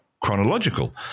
chronological